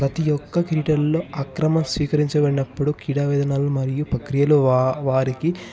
ప్రతి ఒక్క క్రీడల్లో అక్రమ స్వీకరించబడినప్పుడు క్రీడావేదనలు మరియు ప్రక్రియలు వా వారికి